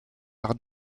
par